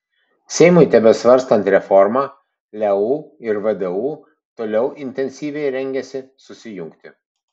seimui tebesvarstant reformą leu ir vdu toliau intensyviai rengiasi susijungti